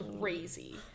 crazy